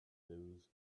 lose